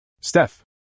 Steph